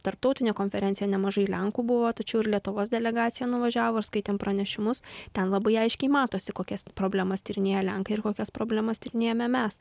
tarptautinė konferencija nemažai lenkų buvo tačiau ir lietuvos delegacija nuvažiavo ir skaitėm pranešimus ten labai aiškiai matosi kokias problemas tyrinėja lenkai ir kokias problemas tyrinėjame mes